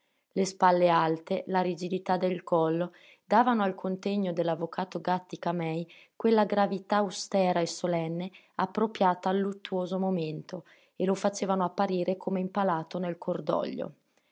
le spalle alte la rigidità del collo davano al contegno dell'avvocato gàttica-mei quella gravità austera e solenne appropriata al luttuoso momento e lo facevano apparire come impalato nel cordoglio